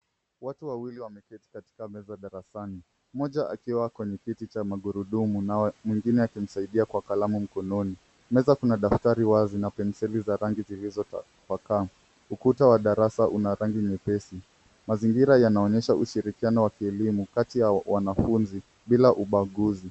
Watu wawili wameketi kwenye meza darasani, mmoja akiwa ameketi kwenye kiti cha magurudumu na mmoja akimsaidia na kalamu mkononi, meza kuna daftari wazi na penseli za rangi zilizo tapakaa. Ukuta wa darasa una rangi nyepesi, mazingira unaonyesha ushirikiano wa kielimu kati ya wanafunzi bila ubaguzi.